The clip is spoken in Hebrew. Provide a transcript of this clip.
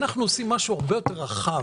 אנחנו עושים משהו הרבה יותר רחב.